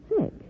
sick